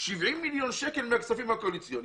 70 מיליון שקל מהכספים הקואליציוניים,